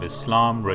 Islam